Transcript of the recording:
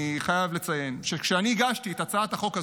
אני חייב לציין שכשהגשתי את הצעת החוק הזאת,